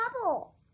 trouble